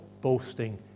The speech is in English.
boasting